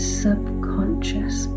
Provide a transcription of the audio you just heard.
subconscious